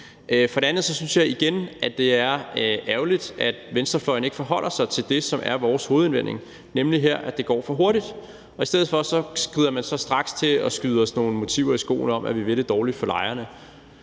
For det andet synes jeg igen, at det er ærgerligt, at venstrefløjen ikke forholder sig til det, som er vores hovedindvending, nemlig her, at det går for hurtigt. I stedet for skrider man straks til at skyde os nogle motiver i skoene om, at vi vil det dårligt for lejerne.